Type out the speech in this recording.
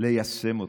ליישם אותו.